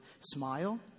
smile